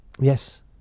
Yes